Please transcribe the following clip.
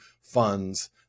funds